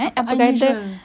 unusual